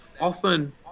often